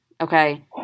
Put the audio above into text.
okay